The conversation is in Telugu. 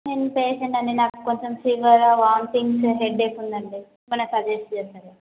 నేను పేషెంట్ అండి నాకు కొంచం ఫీవరు వామిటింగ్సు హెడ్డేక్ ఉందండి ఏమన్న సజెస్ట్ చేస్తారా